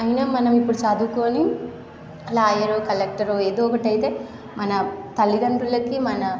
అయినా మనం ఇప్పుడు చదువుకోని లాయరో కలెక్టరో ఏదో ఒకటి అయితే మన తల్లిదండ్రులకి మన